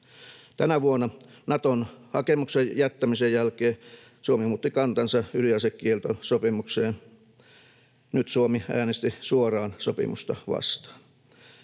tänä vuonna Naton hakemuksen jättämisen jälkeen Suomi muutti kantansa ydinasekieltosopimukseen: nyt Suomi äänesti suoraan sopimusta vastaan.